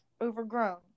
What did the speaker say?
overgrown